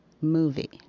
movie